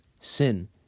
Sin